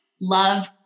love